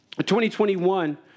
2021